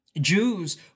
Jews